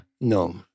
No